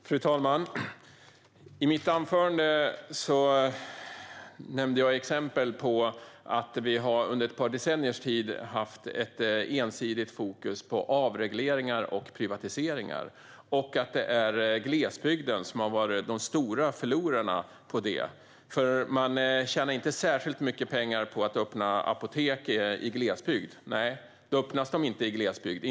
Fru talman! I mitt anförande nämnde jag exempel på att man under ett par decenniers tid har haft ett ensidigt fokus på avregleringar och privatiseringar. Det är glesbygden som har varit den stora förloraren på detta. Man tjänar inte särskilt mycket pengar på att öppna apotek i glesbygd, och då öppnas det inga apotek där.